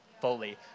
fully